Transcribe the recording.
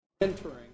entering